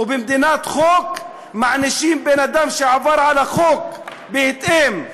ובמדינת חוק מענישים בן-אדם שעבר על החוק בהתאם,